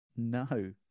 No